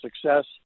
success